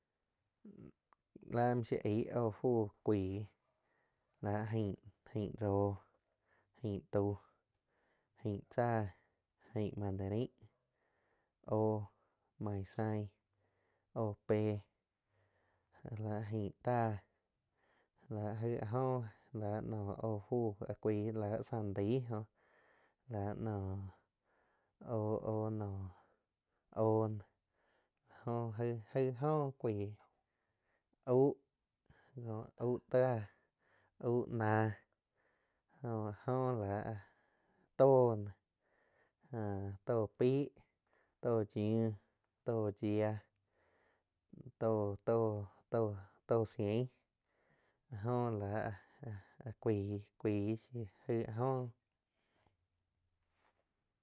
Láh muoh shiu eig óho fuu kuaíh láh aing-aing róh aing tauh aing tzáh, aing mandarain, óh, main zain, óho péh láh aing táh láh aig áh joh la noh óh fu áh cuaig la sandai jóh la noh óh-óh noh óh gaih-gaih óh cuai aúh kó au táh, auh náh, jo áh jo láh tóh áh tó paig tóh yiuh tóh yiah to-to cien la jo láh áh cuaig, cuaig shiu aig áh jóh.